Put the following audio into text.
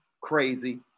crazy